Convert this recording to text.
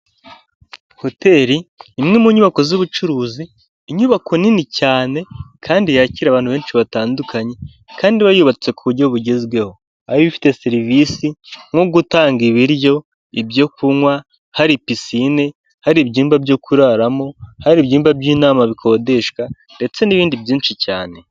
Hoteli imwe mu nyubako z'ubucuruzi, inyubako nini cyane kandi yakira abantu benshi batandukanye kandi iba yubatse ku buryo bugezweho, aho ifite serivisi nko gutanga ibiryo, ibyo kunywa, hari pisine, hari ibyumba byo kuraramo, hari ibyumba by'inama bikodeshwa ndetse n'ibindi byinshi cyane.